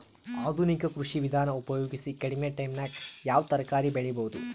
ಆಧುನಿಕ ಕೃಷಿ ವಿಧಾನ ಉಪಯೋಗಿಸಿ ಕಡಿಮ ಟೈಮನಾಗ ಯಾವ ತರಕಾರಿ ಬೆಳಿಬಹುದು?